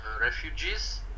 refugees